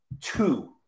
two